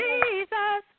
Jesus